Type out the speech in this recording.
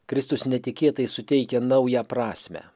kristus netikėtai suteikia naują prasmę